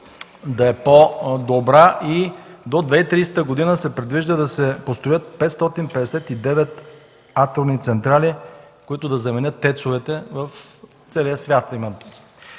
да е по-добра. До 2030 г. се предвижда да се построят 559 атомни централи, които да заменят ТЕЦ-овете в целия свят,